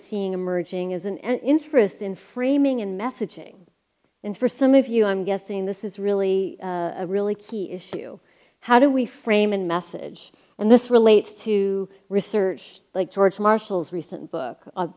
seeing emerging as an interest in framing and messaging and for some of you i'm guessing this is really a really key issue how do we frame in message and this relates to research like george marshall's recent